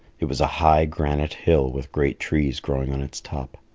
it was a high granite hill, with great trees growing on its top.